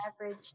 Average